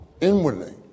inwardly